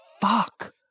Fuck